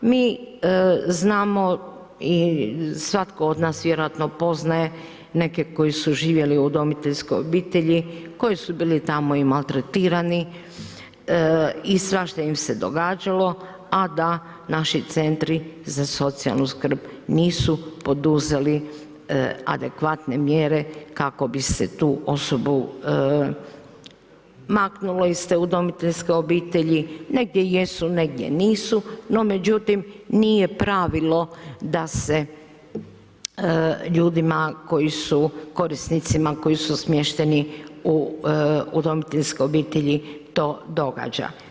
Mi znamo i svatko od nas vjerojatno poznaje neke koji su živjeli u udomiteljskoj obitelji, koji su bili tamo i maltretirani i svašta im se događalo, a da naši centri za socijalnu skrb nisu poduzeli adekvatne mjere kako bi se tu osobu maknulo iz te udomiteljske obitelji, negdje jesu, negdje nisu, no međutim nije pravilo da se ljudima, korisnicima koji su smješteni u udomiteljskoj obitelji to događa.